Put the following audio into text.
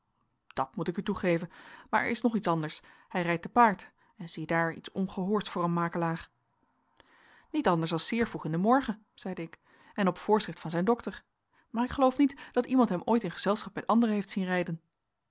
dat moet ik u toegeven maar er is nog iets anders hij rijdt te paard en ziedaar iets ongehoords voor een makelaar niet anders als zeer vroeg in den morgen zeide ik en op voorschrift van zijn dokter maar ik geloof niet dat iemand hem ooit in gezelschap met anderen heeft zien rijden